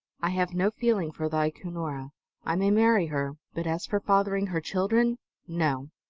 i have no feeling for thy cunora i may marry her, but as for fathering her children no!